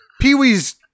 Pee-wee's